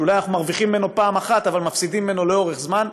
שאולי אנחנו מרוויחים ממנו פעם אחת אבל מפסידים ממנו לאורך זמן,